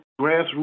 grassroots